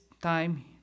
time